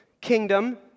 kingdom